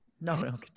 no